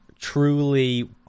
truly